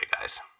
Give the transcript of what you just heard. guys